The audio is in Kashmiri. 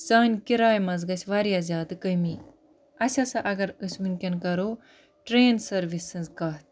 سانہِ کِراے منٛز گژھِ واریاہ زیادٕ کمی اَسہِ ہَسا اگر أسۍ وٕنۍکٮ۪ن کَرو ٹرٛین سٔروِس ہِنٛز کَتھ